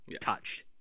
touched